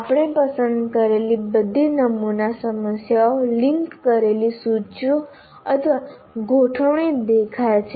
આપણે પસંદ કરેલી બધી નમૂના સમસ્યાઓ લિંક કરેલી સૂચિઓ અથવા ગોઠવણી દેખાય છે